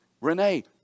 Renee